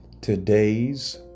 today's